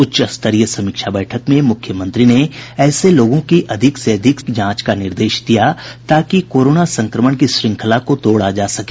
उच्चस्तरीय समीक्षा बैठक में मुख्यमंत्री ने ऐसे लोगों की अधिक से अधिक जांच का निर्देश दिया ताकि कोरोना संक्रमण की श्रंखला को तोड़ा जा सके